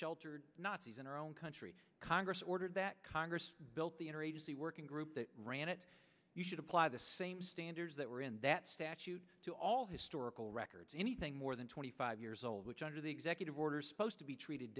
sheltered nazis in our own country congress ordered that congress built the interagency working group that ran it you should apply the same standards that were in that statute to all historical records anything more than twenty five years old which under the executive order supposed to be treated